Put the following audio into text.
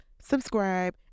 subscribe